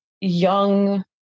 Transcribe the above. young